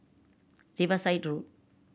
Riverside Road